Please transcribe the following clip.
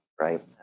right